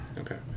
Okay